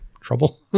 trouble